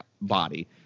body